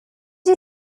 you